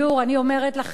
אני אומרת לכם,